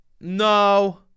No